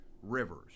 Rivers